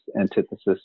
antithesis